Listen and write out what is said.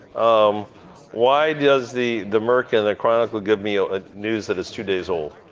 um why does the the merc and the chronicle give me ah ah news that is two days old?